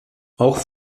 auch